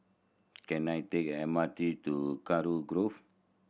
can I take M R T to Kurau Grove